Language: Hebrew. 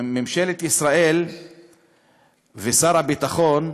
ממשלת ישראל ושר הביטחון,